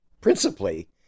principally